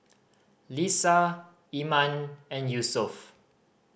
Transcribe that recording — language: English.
Lisa Iman and Yusuf